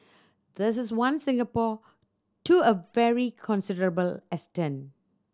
this is one Singapore to a very considerable extent